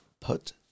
put